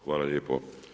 Hvala lijepo.